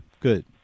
good